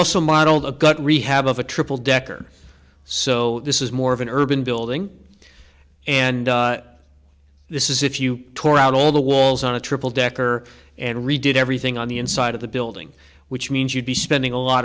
also model the gut rehab of a triple decker so this is more of an urban building and this is if you tore out all the walls on a triple decker and redid everything on the inside of the building which means you'd be spending a lot